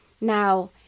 Now